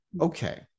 okay